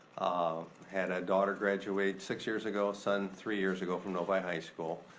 um had a daughter graduate six years ago. son three years ago from novi high school.